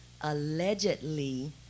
allegedly